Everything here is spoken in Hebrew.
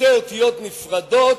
אלה שתי אותיות נפרדות,